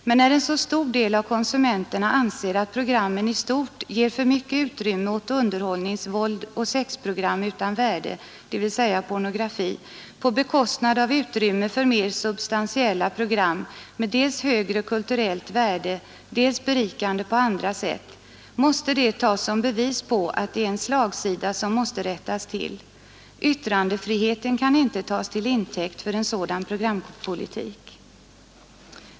Men när en så stor del av konsumenterna anser att programmen i stort ger för mycket utrymme åt underhållningsvåld och sexprogram utan värde, dvs. pornografi, på bekostnad av utrymme för mer substantiella program som har dels högre kulturellt värde, dels är berikande på andra sätt, måste det tas som bevis på, att det är en slagsida, som måste rättas till. Yttrandefriheten kan inte tas till intäkt för en sådan programpolitik.